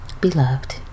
Beloved